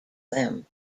them